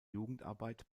jugendarbeit